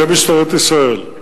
זה משטרת ישראל,